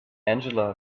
angela